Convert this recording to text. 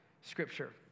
scripture